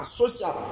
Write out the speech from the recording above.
social